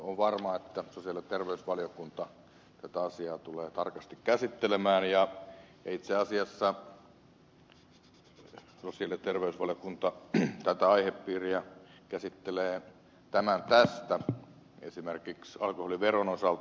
on varma että sosiaali ja terveysvaliokunta tulee tätä asiaa tarkasti käsittelemään ja itse asiassa sosiaali ja terveysvaliokunta tätä aihepiiriä käsittelee tämän tästä esimerkiksi alkoholiveron osalta